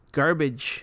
garbage